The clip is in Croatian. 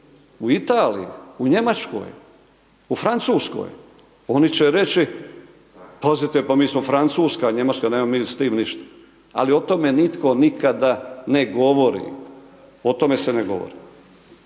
U Italiji, u Njemačkoj u Francuskoj? Oni će reći, pazite, pa mi smo Francuska, Njemačka, nemamo mi s tim ništa, ali o tome nitko nikada ne govori, o tome se ne govori.